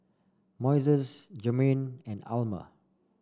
Moises Germaine and Almer